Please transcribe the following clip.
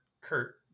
Kurt